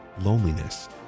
loneliness